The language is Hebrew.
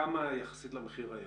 כמה יחסית למחיר היום,